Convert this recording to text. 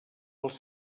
els